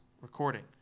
recording